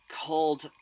called